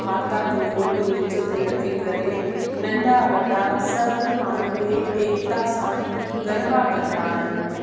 माता जो फ़ोटू विच ते रखी करे नंढा वॾा सभु पाण में एकता सां गरबा कंदा आहियूं